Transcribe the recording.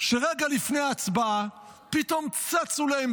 שרגע לפני ההצבעה פתאום צצו להם,